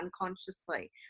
unconsciously